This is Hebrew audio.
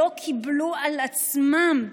לא קיבלו על עצמם,